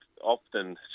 often